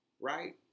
right